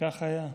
וכך היה.